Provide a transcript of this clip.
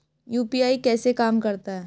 UPI कैसे काम करता है?